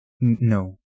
No